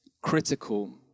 critical